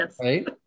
right